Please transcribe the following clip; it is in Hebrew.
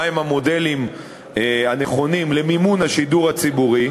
מה הם המודלים הנכונים למימון השידור הציבורי.